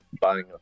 buying